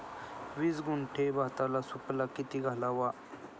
वीस गुंठे भाताला सुफला किती घालावा?